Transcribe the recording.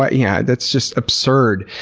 but yeah that's just absurd.